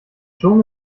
schon